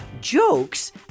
jokes